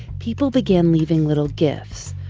people began leaving little gifts,